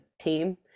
team